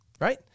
right